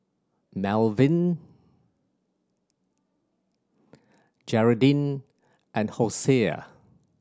Melvyn Geraldine and Hosea